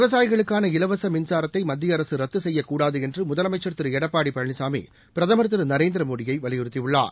விவசாயிகளுக்கான இலவச மின்சாரத்தை மத்திய அரசு ரத்து செய்யக்கூடாது என்று முதலமைச்சா் திரு எடப்பாடி பழனிசாமி பிரதமர் திரு நரேந்திரமோடியை வலியுறுத்தியுள்ளார்